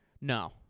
No